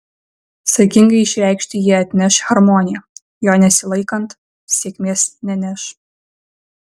saikingai išreikšti jie atneš harmoniją jo nesilaikant sėkmės neneš